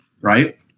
right